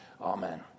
Amen